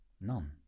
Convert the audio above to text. none